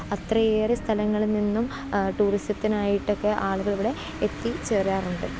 അത്രയേറെ സ്ഥലങ്ങളിൽ നിന്നും ടൂറിസത്തിനായിട്ടൊക്കെ ആളുകളിവിടെ എത്തിച്ചേരാറുണ്ട്